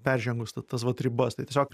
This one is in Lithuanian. peržengus tas vat ribas tai tiesiog